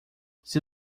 seu